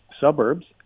suburbs